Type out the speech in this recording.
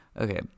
Okay